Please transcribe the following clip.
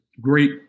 great